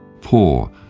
Poor